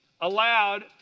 allowed